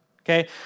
Okay